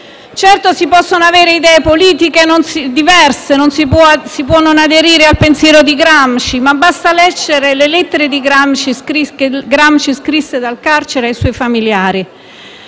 Certo, si possono avere idee politiche diverse. Si può non aderire al pensiero di Gramsci. Ma basta leggere le lettere che Gramsci scrisse dal carcere ai suoi familiari